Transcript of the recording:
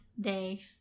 day